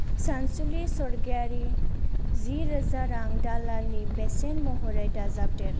सानसुलि सरगियारि जि रोजा रां दालालनि बेसेन महरै दाजाबदेर